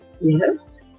Yes